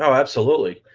so absolutely.